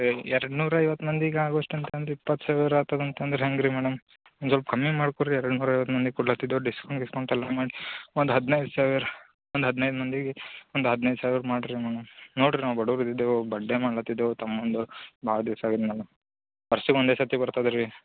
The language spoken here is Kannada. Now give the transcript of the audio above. ಎರಡು ನೂರ ಐವತ್ತು ಮಂದಿಗೆ ಆಗುವಷ್ಟು ಅಂತಂದ್ರೆ ಇಪ್ಪತ್ತು ಸಾವಿರ ಆತದೆ ಅಂತಂದರೆ ಹ್ಯಾಂಗೆ ರೀ ಮೇಡಮ್ ಒಂದು ಸ್ವಲ್ಪ ಕಮ್ಮಿ ಮಾಡ್ಕೋ ರೀ ಎರಡು ನೂರ ಐವತ್ತು ಮಂದಿಗೆ ಕೊಡ್ಲಾತಿದೆ ಡಿಸ್ಕೌಂಟ್ ಗಿಸ್ಕೌಂಟ್ ಎಲ್ಲ ಮಾಡ್ಸಿ ಒಂದು ಹದಿನೈದು ಸಾವಿರ ಒಂದು ಹದಿನೈದು ಮಂದಿಗೆ ಒಂದು ಹದಿನೈದು ಸಾವಿರ ಮಾಡಿರಿ ಮೇಡಮ್ ನೋಡಿರಿ ನಾವು ಬಡವ್ರು ಇದ್ದಿದೇವೆ ಬರ್ಡ್ಡೆ ಮಾಡ್ಲಾತಿದೇವೆ ತಮ್ಮನದು ಭಾಳ ದಿವಸ ಆಗಿದ್ಮೇಲೆ ವರ್ಷಕ್ಕು ಒಂದೇ ಸರ್ತಿ ಬರ್ತದೆ ರೀ